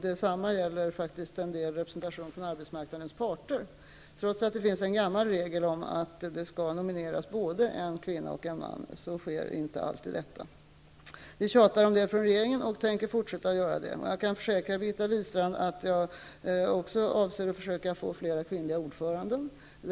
Detsamma gäller faktiskt viss representation i fråga om arbetsmarknadens parter. Trots att det finns en gammal regel om att det skall nomineras både en kvinna och en man sker inte detta alltid. Regeringen har tjatat om detta och tänker fortsätta att göra det. Jag kan försäkra Birgitta Wistrand att jag också avser att försöka få fler kvinnliga ordförande.